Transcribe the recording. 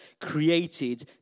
created